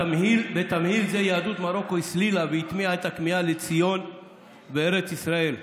בתמהיל זה יהדות מרוקו הסלילה והטמיעה את הכמיהה לציון וארץ ישראל,